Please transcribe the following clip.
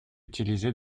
utilisé